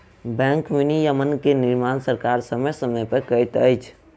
bank विनियमन के निर्माण सरकार समय समय पर करैत अछि